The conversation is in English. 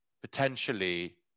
potentially